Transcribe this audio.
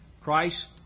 Christ